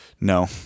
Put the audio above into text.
No